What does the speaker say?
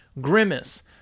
Grimace